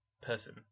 person